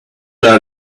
are